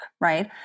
Right